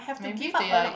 maybe they like